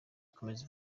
ikomeza